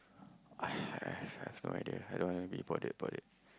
I I I I've no idea I don't wanna be bothered about it